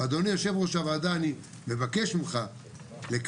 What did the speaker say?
אדוני יושב ראש הוועדה, אני מבקש ממך לקבל